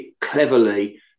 cleverly